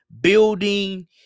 building